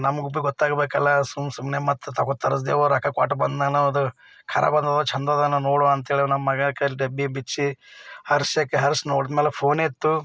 ನಮ್ಗೆ ಭೀ ಗೊತ್ತಾಗಬೇಕಲ್ಲ ಸುಮ್ಮ ಸುಮ್ಮನೆ ಮತ್ತು ತಗೋ ತರಿಸಿದೆವು ರೊಕ್ಕ ಕೊಟ್ಟು ಬಂದ್ಮೇಲೆ ನಾವು ಅದು ಖರಾಬದೋ ಚೆಂದ ಅದೋ ನೋಡುವಂತೆ ಹೇಳಿ ನಮ್ಮ ಮಗಾ ಕೈಲಿ ಡಬ್ಬಿ ಬಿಚ್ಚಿ ಹರ್ಸೋಕೆ ಹರ್ಸಿ ನೋಡ್ದೆ ಮೇಲೆ ಫೋನೆ ಇತ್ತು